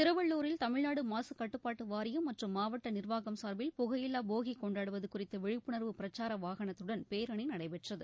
திருவள்ளுரில் தமிழ்நாடு மாசுக் கட்டுப்பாட்டு வாரியம் மற்றும் மாவட்ட நிர்வாகம் சார்பில் புகையில்லா போகி கொண்டாடுவது குறித்த விழிப்புனர்வு பிரச்சார வாகனத்துடன் பேரணி நடைபெற்றது